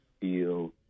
feel